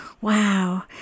Wow